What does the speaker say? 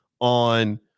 on